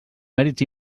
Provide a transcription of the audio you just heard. mèrits